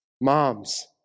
Moms